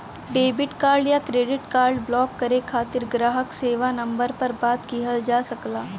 debit card या credit card block करे खातिर ग्राहक सेवा नंबर पर बात किहल जा सकला